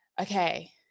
Okay